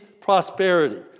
prosperity